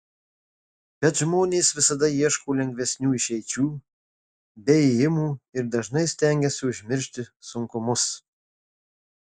bet žmonės visada ieško lengvesnių išeičių bei ėjimų ir dažnai stengiasi užmiršti sunkumus